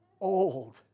old